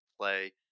play